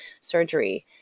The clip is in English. surgery